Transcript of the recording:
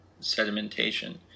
sedimentation